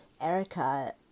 Erica